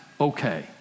okay